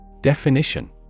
Definition